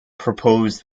proposed